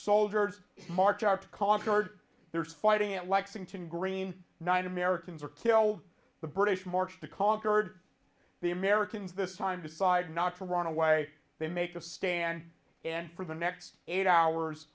soldiers march out to concord there's fighting at lexington green nine americans are killed the british marched the conquered the americans this time decided not to run away they make a stand and for the next eight hours